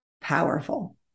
powerful